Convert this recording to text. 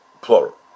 plural